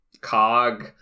cog-